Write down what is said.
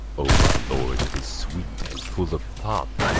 o, my lord, it is sweet and full of pomp!